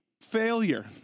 failure